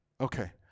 Okay